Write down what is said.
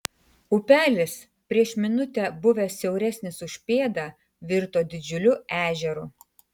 upelis prieš minutę buvęs siauresnis už pėdą virto didžiuliu ežeru